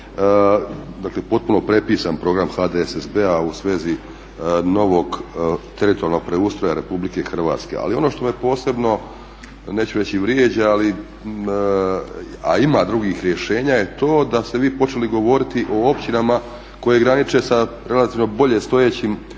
Dakle potpuno prepisan program HDSSB-a u svezi novog teritorijalno preustroja RH. Ali ono što me posebno neću reći vrijeđa, a ima drugih rješenja je to da ste vi počeli govoriti o općinama koje graniče sa relativno bolje stojećim